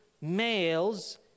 males